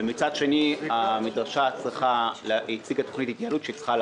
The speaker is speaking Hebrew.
כשמצד שני המדרשה אמורה לעמוד בתכנית התייעלות.